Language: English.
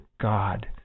God